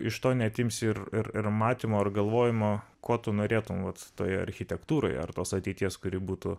iš to neatimsi ir ir matymo ir galvojimo ko tu norėtum vat būti toje architektūroje ar tos ateities kuri būtų